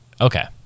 Okay